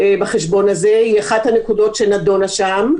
בחשבון הזה, היא אחת הנקודות שנדונה שם.